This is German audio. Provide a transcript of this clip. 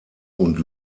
und